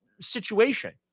situation